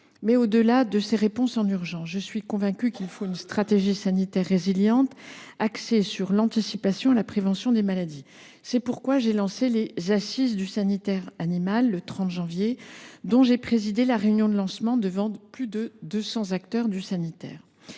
Au delà de ces réponses en urgence, je suis convaincue qu’une stratégie sanitaire résiliente, axée sur l’anticipation et la prévention des maladies, est nécessaire. C’est pourquoi j’ai lancé les assises du sanitaire animal le 30 janvier dernier, dont j’ai présidé la réunion de lancement devant plus de 200 acteurs du sanitaire